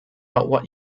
what